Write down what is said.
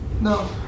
No